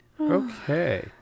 Okay